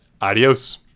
Adios